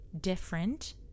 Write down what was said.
different